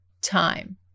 time